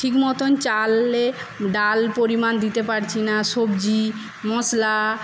ঠিক মতন চালে ডাল পরিমাণ দিতে পারছি না সবজি মশলা